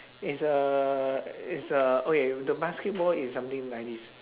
is a is a okay the basketball is something like this